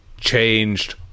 changed